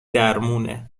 درمونه